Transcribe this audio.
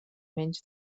menys